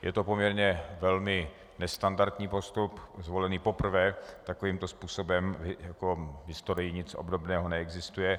Je to poměrně velmi nestandardní postup zvolený poprvé takovýmto způsobem, v historii nic obdobného neexistuje.